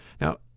Now